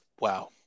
wow